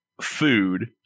food